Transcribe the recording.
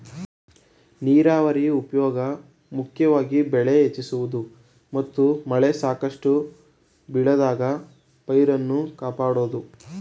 ನೀರಾವರಿ ಉಪ್ಯೋಗ ಮುಖ್ಯವಾಗಿ ಬೆಳೆ ಹೆಚ್ಚಿಸುವುದು ಮತ್ತು ಮಳೆ ಸಾಕಷ್ಟು ಬೀಳದಾಗ ಪೈರನ್ನು ಕಾಪಾಡೋದು